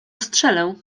strzelę